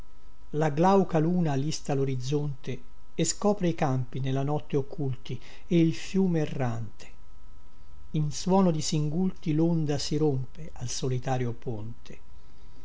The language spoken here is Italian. solitaria la glauca luna lista lorizzonte scopre i campi nella notte occulti e il fiume errante in suono di singulti londa si rompe al solitario ponte